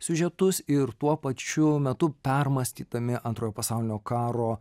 siužetus ir tuo pačiu metu permąstydami antrojo pasaulinio karo